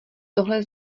tohle